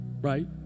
right